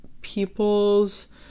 people's